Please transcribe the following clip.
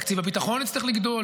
תקציב הביטחון יצטרך לגדול,